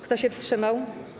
Kto się wstrzymał?